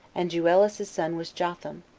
and juelus's son was jotham,